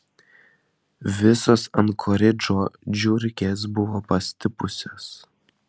visos ankoridžo žiurkės buvo pastipusios